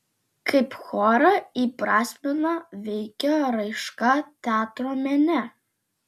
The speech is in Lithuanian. kaip chorą įprasmina veikia raiška teatro mene